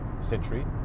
century